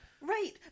Right